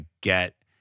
get